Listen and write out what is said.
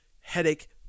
headache